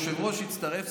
היושב-ראש יצטרף.